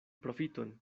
profiton